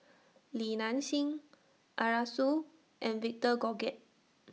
Li Nanxing Arasu and Victor